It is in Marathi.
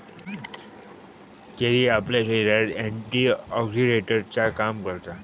चेरी आपल्या शरीरात एंटीऑक्सीडेंटचा काम करता